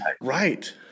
Right